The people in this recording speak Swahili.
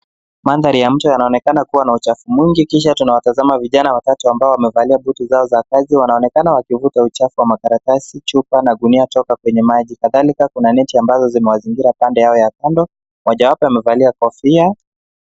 Mandhari ya mto inaonekana kuwa na uchafu mwingi, kisha tunawatazama vijana watatu ambao wamevalia buti zao za kazi. Wanaonekana wakivuta uchafu wa makaratasi, chupa, na gunia, toka kwenye maji. Kadhalika, kuna neti ambazo zimewazingira pande yao ya kando. Mojawapo amevalia kofia.